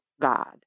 God